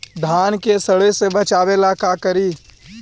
धान के सड़े से बचाबे ला का करि?